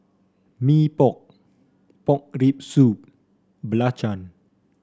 Mee Pok Pork Rib Soup belacan